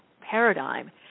paradigm